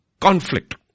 conflict